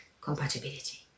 compatibility